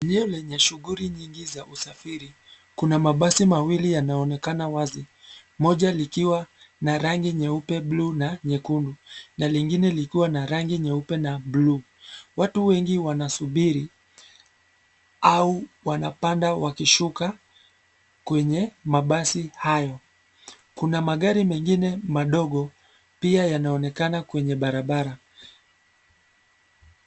Eneo lenye shughuli nyingi za usafiri, kuna mabasi mawili yanaonekana wazi. Moja likiwa na rangi nyeupe, blue na nyekundu na lingine likiwa na rangi nyeupe na blue . Watu wengi wanasubiri au wanapanda wakishuka kwenye mabasi hayo. Kuna magari mengine madogo, pia yanaonekana kwenye barabara.